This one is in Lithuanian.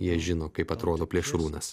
jie žino kaip atrodo plėšrūnas